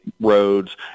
roads